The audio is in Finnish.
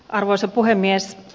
arvoisa puhemies